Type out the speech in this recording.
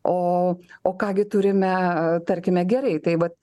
o o ką gi turime tarkime gerai tai vat